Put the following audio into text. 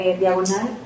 diagonal